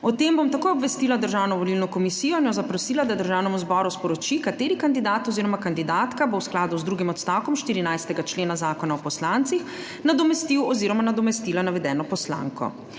O tem bom tako obvestila Državno volilno komisijo in jo zaprosila, naj Državnemu zboru sporoči, kateri kandidat oz. kandidatka bo v skladu z drugim odstavkom 14. člena Zakona o poslancih nadomestil oz. nadomestila navedeno poslanko.